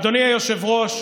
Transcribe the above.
אדוני היושב-ראש,